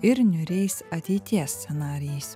ir niūriais ateities scenarijais